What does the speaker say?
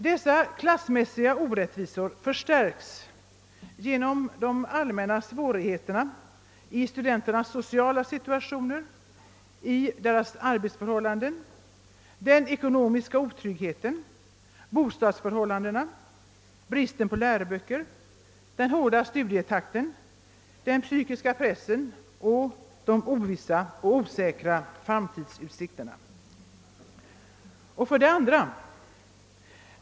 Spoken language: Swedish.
Dessa klassmässiga orättvisor förstärks genom de allmänna svårigheterna i studenternas sociala situation och arbetsförhållanden: den ekonomiska otryggheten, bostadsförhållandena, bristen på läroböcker, den hårda studietakten, den psykiska pressen och de osäkra framtidsutsikterna. 2.